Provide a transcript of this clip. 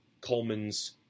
Coleman's